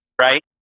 right